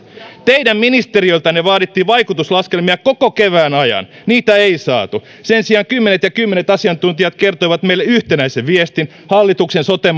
teidän ministeriöltänne vaadittiin vaikutuslaskelmia koko kevään ajan niitä ei saatu sen sijaan kymmenet ja kymmenet asiantuntijat kertoivat meille yhtenäisen viestin hallituksen sote